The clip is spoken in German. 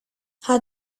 hat